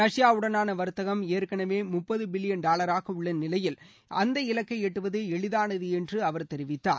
Russia உடனான வர்த்தகம் ஏற்கனவே முப்பது பில்லியன் டாலராக உள்ள நிலையில் அந்த இலக்கை எட்டுவது எளிதானது என்று அவர் தெரிவித்தார்